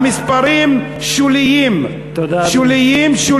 המספרים שוליים, תודה, אדוני.